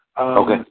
Okay